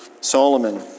Solomon